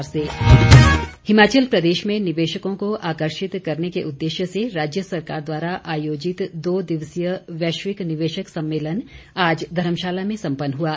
investor meet Himachal Pradesh में निवेशकों को आकर्षित करने के उद्देश्य से राज्य सरकार द्वारा आयोजित दो दिवसीय वैश्विक निवेशक सम्मेलन आज धर्मशाला में संपन्न हुआ